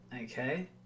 Okay